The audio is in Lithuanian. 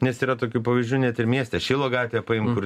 nes yra tokių pavyzdžių net ir mieste šilo gatvę paimk kur